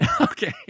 Okay